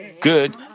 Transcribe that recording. good